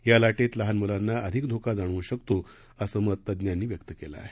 या लाटेत लहान मुलांना अधिक धोका जाणवू शकतो असे मत तज्ञांनी व्यक्त केलं आहे